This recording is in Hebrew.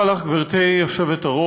תודה לך, גברתי היושבת-ראש.